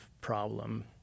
problem